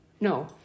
No